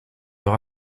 leur